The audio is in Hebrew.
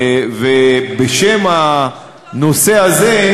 בשם הנושא הזה,